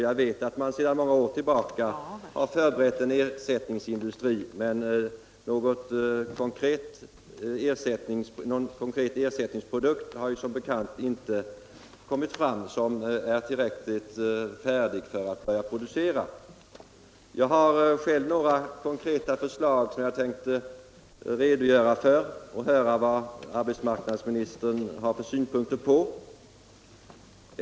Jag vet att man under många år har förberett en ersättningsindustri, men någon konkret ersättningsprodukt har som bekant inte kommit fram, 127 som är tillräckligt färdig för att börja framställas. förbättra sysselsättningen i Malmöhus län Jag har själv några konkreta förslag som jag tänkte redogöra för och höra vad arbetsmarknadsministern har för synpunkter på.